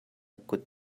kut